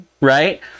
right